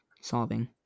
Solving